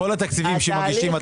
בכל התקציבים שמגישים,